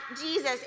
Jesus